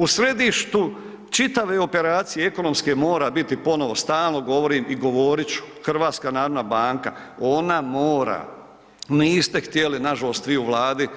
U središtu čitave operacije ekonomske mora biti ponovo, stalnom govorim i govorit ću, HNB, ona mora, niste htjeli nažalost vi u Vladi